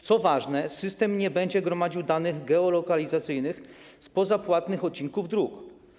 Co ważne, system nie będzie gromadził danych geolokalizacyjnych spoza płatnych odcinków dróg.